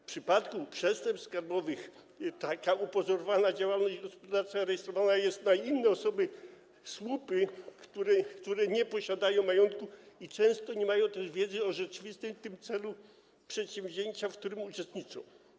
W przypadku przestępstw skarbowych taka upozorowana działalność gospodarcza rejestrowana jest na inne osoby - słupy - które nie posiadają majątku i często nie mają też wiedzy o rzeczywistym celu przedsięwzięcia, w którym uczestniczą.